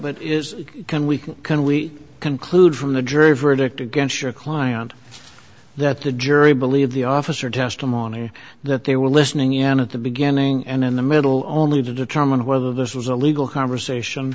but is can we can can we conclude from the jury verdict against your client that the jury believed the officer testimony that they were listening in at the beginning and in the middle only to determine whether this was a legal